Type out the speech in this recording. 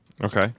Okay